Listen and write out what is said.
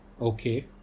Okay